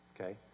okay